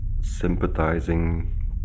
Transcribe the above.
sympathizing